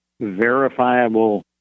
verifiable